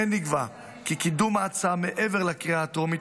כמו כן נקבע כי קידום ההצעה מעבר לקריאה הטרומית